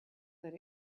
that